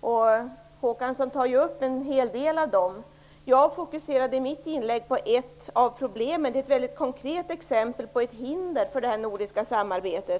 Per Olof Håkansson tar ju upp en hel del av dem. Jag fokuserade i mitt inlägg på ett av problemen som är ett mycket konkret exempel på ett hinder för detta nordiska samarbete.